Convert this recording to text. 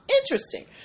interesting